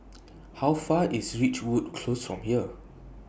How Far IS Ridgewood Close from here